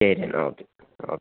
ശരി എന്നാൽ ഓക്കെ ഓ